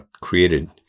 created